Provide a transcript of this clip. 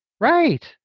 right